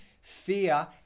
fear